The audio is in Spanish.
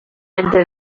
entre